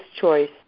choice